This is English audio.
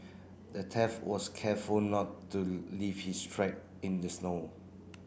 the theft was careful to not leave his track in the snow